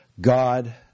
God